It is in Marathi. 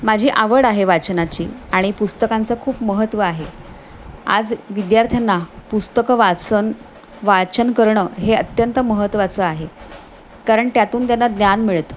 माझी आवड आहे वाचनाची आणि पुस्तकांचं खूप महत्त्व आहे आज विद्यार्थ्यांना पुस्तकं वाचन वाचन करणं हे अत्यंत महत्त्वाचं आहे कारण त्यातून त्यांना ज्ञान मिळतं